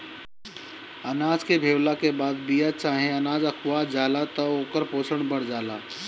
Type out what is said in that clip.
अनाज के भेवला के बाद बिया चाहे अनाज अखुआ जाला त ओकर पोषण बढ़ जाला